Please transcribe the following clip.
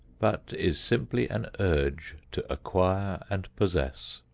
but is simply an urge to acquire and possess.